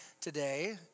today